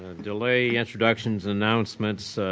delay introductions, announcements,